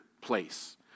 place